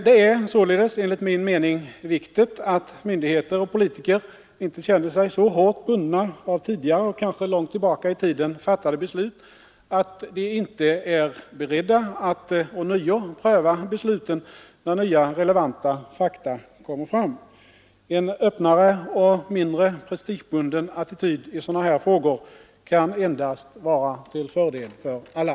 Det är således enligt min mening viktigt att myndigheter och politiker inte känner sig så hårt bundna av tidigare — kanske långt tillbaka i tiden — fattade beslut, att de inte är beredda att ånyo pröva besluten när nya relevanta fakta kommer fram. En öppnare och mindre prestigebunden attityd i sådana här frågor kan endast vara till fördel för alla.